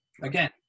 again